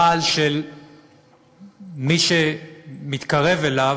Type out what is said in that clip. רעל שמי שמתקרב אליו,